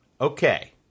Okay